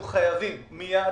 אנחנו חייבים מיד,